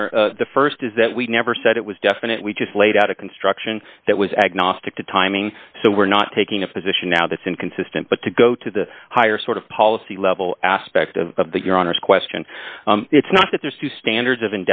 honor the st is that we never said it was definite we just laid out a construction that was agnostic to timing so we're not taking a position now that's inconsistent but to go to the higher sort of policy level aspect of of the your honour's question it's not that there's two standards of